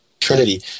trinity